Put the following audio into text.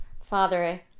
father